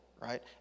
right